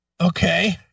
Okay